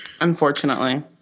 Unfortunately